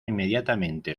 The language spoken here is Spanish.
inmediatamente